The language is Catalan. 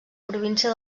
província